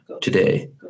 today